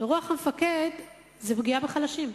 ורוח המפקד היא פגיעה בחלשים,